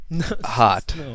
hot